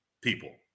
people